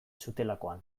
zutelakoan